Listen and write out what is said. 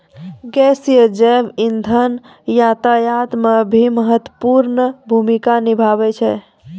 गैसीय जैव इंधन यातायात म भी महत्वपूर्ण भूमिका निभावै छै